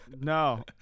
No